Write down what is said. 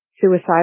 suicide